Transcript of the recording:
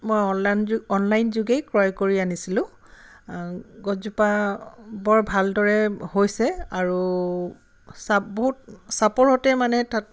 মই অনলাইন যো অনলাইন যোগেই ক্ৰয় কৰি আনিছিলোঁ গছজোপা বৰ ভালদৰে হৈছে আৰু চাপ বহুত চাপৰতে মানে তাত